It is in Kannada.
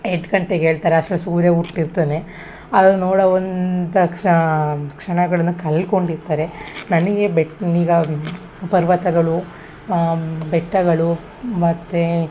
ಎಂಟು ಗಂಟೆಗೆ ಹೇಳ್ತಾರೆ ಅಷ್ಟ್ರಲ್ಲಿ ಸೂರ್ಯ ಹುಟ್ಟಿರ್ತಾನೆ ಅಲ್ಲಿ ನೋಡೋ ಒಂದು ಕ್ಷಣಗಳನ್ನು ಕಳ್ಕೊಂಡಿರ್ತಾರೆ ನನಗೆ ಬೆಟ್ನ್ ಈಗ ಪರ್ವತಗಳು ಬೆಟ್ಟಗಳು ಮತ್ತು